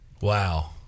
Wow